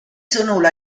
sõnul